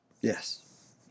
Yes